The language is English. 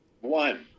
One